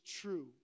true